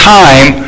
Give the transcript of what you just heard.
time